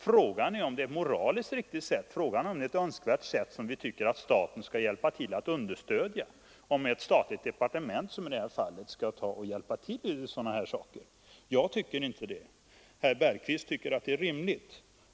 Frågan är dock om det är en metod som ett statligt departement skall stödja. Jag tycker inte det. Herr Bergqvist anser däremot att det är rimligt att man gör det.